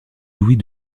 louis